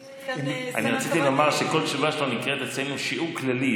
אני רציתי לומר שכל תשובה שלו נקראת אצלנו "שיעור כללי".